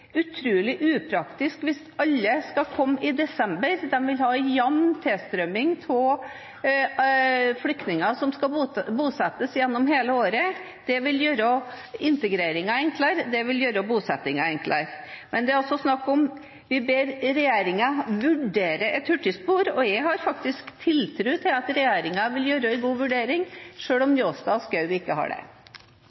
utrolig upraktisk hvis alle skal komme i desember. De vil ha en jamn tilstrømning av flyktninger som skal bosettes, gjennom hele året. Det vil gjøre integreringen enklere, og det vil gjøre bosettingen enklere. Men det er altså snakk om at vi ber regjeringen «vurdere» et hurtigspor, og jeg har faktisk tiltro til at regjeringen vil gjøre en god vurdering, selv om